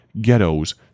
ghettos